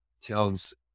tells